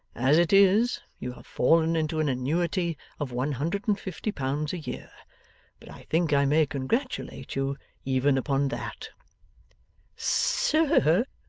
as it is, you have fallen into an annuity of one hundred and fifty pounds a year but i think i may congratulate you even upon that sir,